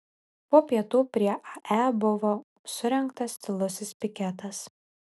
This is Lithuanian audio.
po pietų prie ae buvo surengtas tylusis piketas